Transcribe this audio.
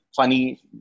funny